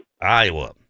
Iowa